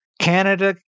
Canada